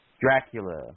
Dracula